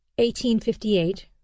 1858